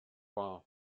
wahr